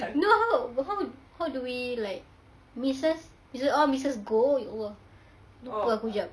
no how how do we like missus oh missus goh ya allah lupa aku jap